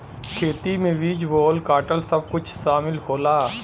खेती में बीज बोवल काटल सब कुछ सामिल होला